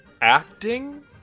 Acting